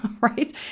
right